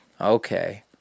okay